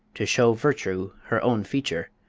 to show virtue her own feature,